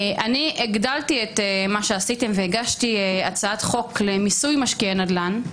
אני הגדלתי את מה שעשיתם והגשתי הצעת חוק למיסוי משקיעי נדל"ן.